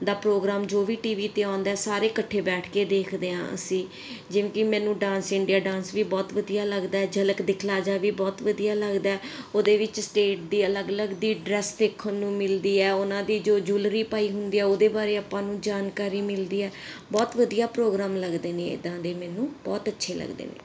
ਦਾ programme ਜੋ ਵੀ TV 'ਤੇ ਆਉਂਦਾ ਸਾਰੇ ਇਕੱਠੇ ਬੈਠ ਕੇ ਦੇਖਦੇ ਹਾਂ ਅਸੀਂ ਜਿਵੇਂ ਕਿ ਮੈਨੂੰ ਡਾਂਸ ਇੰਡੀਆ ਡਾਂਸ ਵੀ ਬਹੁਤ ਵਧੀਆ ਲੱਗਦਾ ਝਲਕ ਦਿਖਲਾ ਜਾ ਵੀ ਬਹੁਤ ਵਧੀਆ ਲੱਗਦਾ ਉਹਦੇ ਵਿੱਚ ਸਟੇਟ ਦੀ ਅਲੱਗ ਅਲੱਗ ਦੀ ਡਰੈਸ ਦੇਖਣ ਨੂੰ ਮਿਲਦੀ ਹੈ ਉਹਨਾਂ ਦੀ ਜੋ ਜੂਲਰੀ ਪਾਈ ਹੁੰਦੀ ਆ ਉਹਦੇ ਬਾਰੇ ਆਪਾਂ ਨੂੰ ਜਾਣਕਾਰੀ ਮਿਲਦੀ ਹੈ ਬਹੁਤ ਵਧੀਆ ਪ੍ਰੋਗਰਾਮ ਲੱਗਦੇ ਨੇ ਇੱਦਾਂ ਦੇ ਮੈਨੂੰ ਬਹੁਤ ਅੱਛੇ ਲੱਗਦੇ ਨੇ